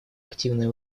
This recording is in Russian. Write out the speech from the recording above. активное